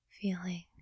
feeling